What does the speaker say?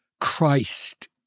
Christ